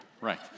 Right